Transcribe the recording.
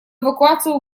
эвакуацию